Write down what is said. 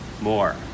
more